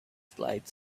flight